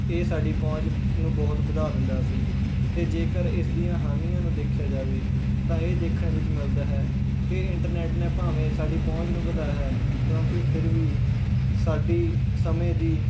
ਇਹ ਸਾਡੀ ਪਹੁੰਚ ਨੂੰ ਬਹੁਤ ਵਧਾ ਦਿੰਦਾ ਸੀ ਅਤੇ ਜੇਕਰ ਇਸ ਦੀਆਂ ਹਾਨੀਆਂ ਨੂੰ ਦੇਖਿਆ ਜਾਵੇ ਤਾਂ ਇਹ ਦੇਖਣ ਵਿੱਚ ਮਿਲਦਾ ਹੈ ਕਿ ਇੰਟਰਨੈੱਟ ਨੇ ਭਾਵੇਂ ਸਾਡੀ ਪਹੁੰਚ ਨੂੰ ਵਧਾਇਆ ਹੈ ਪਰੰਤੂ ਫਿਰ ਵੀ ਸਾਡੀ ਸਮੇਂ ਦੀ